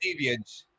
deviance